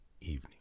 evening